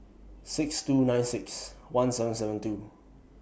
six two Night six one seven seven two